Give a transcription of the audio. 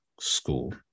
school